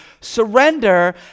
surrender